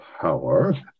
power